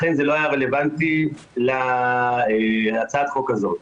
לכן, זה לא היה רלוונטי להצעת החוק הזו.